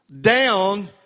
down